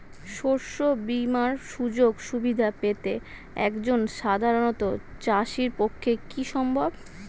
শস্য বীমার সুযোগ সুবিধা পেতে একজন সাধারন চাষির পক্ষে কি সম্ভব?